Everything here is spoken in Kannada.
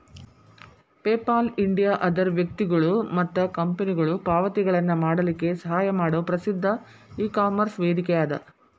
ಪೇಪಾಲ್ ಇಂಡಿಯಾ ಅದರ್ ವ್ಯಕ್ತಿಗೊಳು ಮತ್ತ ಕಂಪನಿಗೊಳು ಪಾವತಿಗಳನ್ನ ಮಾಡಲಿಕ್ಕೆ ಸಹಾಯ ಮಾಡೊ ಪ್ರಸಿದ್ಧ ಇಕಾಮರ್ಸ್ ವೇದಿಕೆಅದ